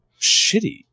Shitty